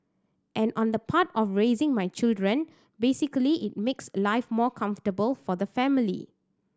and on the part of raising my children basically it makes life more comfortable for the family